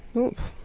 oof.